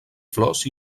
flors